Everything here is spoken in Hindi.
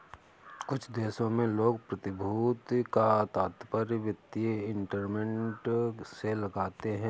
कुछ देशों में लोग प्रतिभूति का तात्पर्य वित्तीय इंस्ट्रूमेंट से लगाते हैं